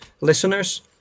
listeners